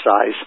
size